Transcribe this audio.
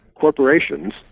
corporations